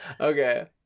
Okay